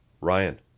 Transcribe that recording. Ryan